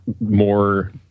more